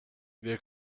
wir